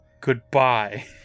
goodbye